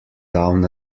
down